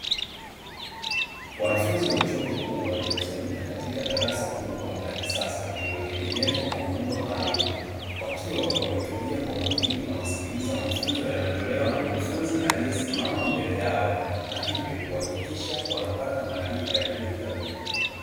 Wanafunzi wa chuo kikuu waliokusanyika katika darasa kubwa la kisasa lililotengenezwa kwa muundo maalumu, wakiwa wametulia kwa makini wanasikiliza mafunzo yanayotolewa na mkufunzi aliyesimama mbele yao na hivyo kuhakikisha wanapata maarifa yaliyothabiti.